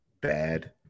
bad